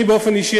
אני באופן אישי,